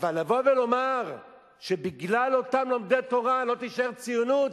אבל לבוא ולומר שבגלל אותם לומדי תורה לא תישאר ציונות,